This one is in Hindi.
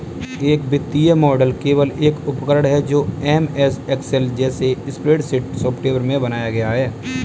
एक वित्तीय मॉडल केवल एक उपकरण है जो एमएस एक्सेल जैसे स्प्रेडशीट सॉफ़्टवेयर में बनाया गया है